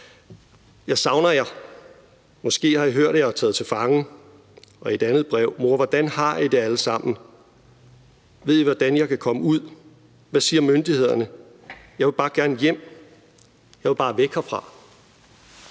Jeg savner jer; I har måske hørt, at jeg er taget til fange. Og i et andet brev skriver han: Mor, hvordan har I det alle sammen? Ved I, hvordan jeg kan komme ud? Hvad siger myndighederne? Jeg vil bare gerne hjem; jeg vil bare væk herfra.